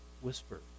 whisper